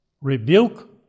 rebuke